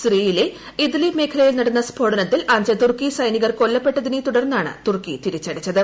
സിറിയയിലെ ഇദ്ലിബ് മേഖലയിൽ നടന്ന സ്ഫോടനത്തിൽ അഞ്ച് തുർക്കി സൈനികർ കൊല്ലപ്പെട്ടതിനെ തുടർന്നാണ് തൂർക്കി തിരിച്ചടിച്ചത്